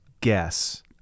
guess